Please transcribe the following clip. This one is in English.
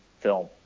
film